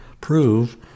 prove